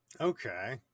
Okay